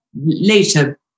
later